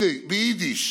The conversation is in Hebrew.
ביידיש,